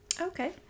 Okay